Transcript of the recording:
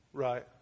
Right